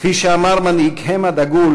כפי שאמר מנהיגכם הדגול